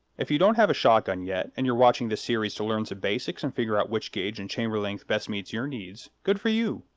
if you don't have a shotgun yet, and you're watching this series to learn some basics and figure out which gauge and chamber length best meets your needs, good for you.